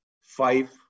five